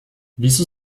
wieso